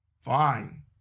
Fine